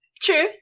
True